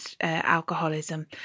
alcoholism